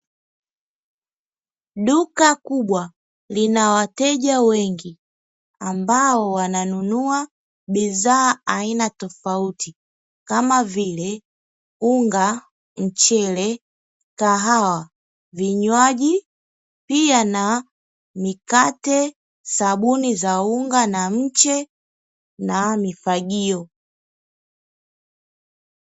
Duka kubwa lina wateja wengi ambao wananunua bidhaa aina tofauti kama vile unga, mchele, kahawa, vinywaji pia na mikate, sabuni za unga na mche na mifagio.